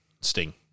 Sting